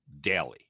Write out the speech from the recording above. daily